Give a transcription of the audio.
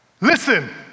listen